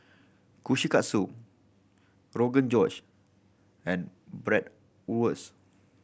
Kushikatsu Rogan Josh and Bratwurst